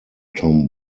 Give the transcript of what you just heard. tom